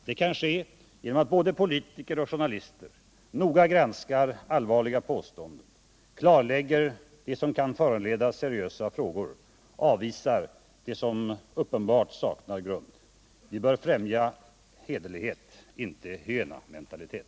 Det kan ske genom att både politiker och journalister noga granskar allvarliga påståenden, klarlägger det som kan föranleda seriösa frågor, avvisar det som uppenbart saknar grund. Vi bör främja hederlighet, inte hyenamentalitet.